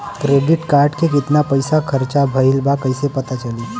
Credit card के कितना पइसा खर्चा भईल बा कैसे पता चली?